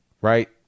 right